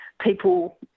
people